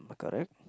correct